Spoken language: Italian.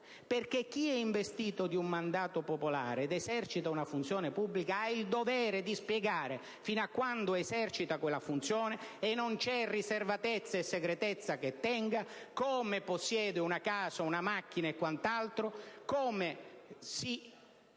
gente. Chi è investito di un mandato popolare ed esercita una funzione pubblica ha il dovere di spiegare, fino a quando esercita quella funzione - non c'è riservatezza e segretezza che tenga - come possiede una casa, una macchina e quant'altro, come si